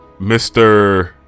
Mr